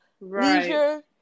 leisure